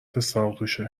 ساقدوش